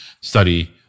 study